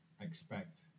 expect